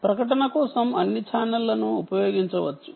ప్రకటన కోసం అన్ని ఛానెల్లు ఉపయోగించవచ్చు